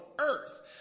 earth